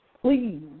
please